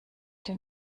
den